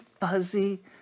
fuzzy